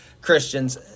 Christians